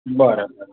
बरं बरं